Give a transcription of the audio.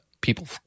people